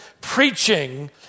preaching